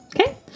Okay